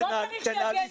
הוא לא צריך שיגנו עליו.